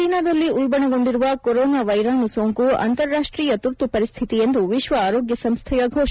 ಚೀನಾದಲ್ಲಿ ಉಲ್ಲಣಗೊಂಡಿರುವ ಕೊರೋನಾ ವೈರಾಣು ಸೋಂಕು ಅಂತಾರಾಷ್ಷೀಯ ತುರ್ತು ಪರಿಸ್ಥಿತಿ ಎಂದು ವಿಶ್ವ ಆರೋಗ್ಲ ಸಂಸ್ಥೆಯ ಘೋಷಣೆ